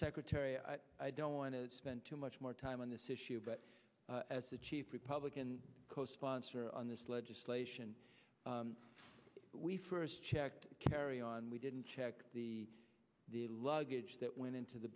secretary i don't want to spend too much more time on this issue but as a chief republican co sponsor on this legislation we first checked carry on we didn't check the the luggage that went into the